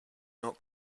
not